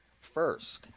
first